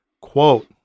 Quote